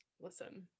listen